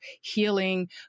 healing